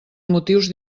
motius